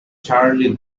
charlie